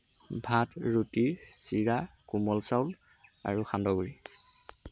ভাত ৰুটি চিৰা কোমল চাউল আৰু সান্দহ গুড়ি